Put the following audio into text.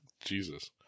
jesus